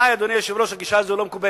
עלי, אדוני היושב-ראש, הגישה הזאת לא מקובלת.